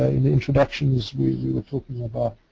ah in the introductions we were talking about